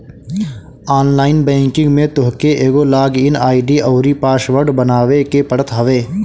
online banking में तोहके एगो लॉग इन आई.डी अउरी पासवर्ड बनावे के पड़त हवे